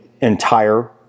entire